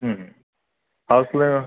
पाच वेळा